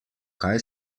kaj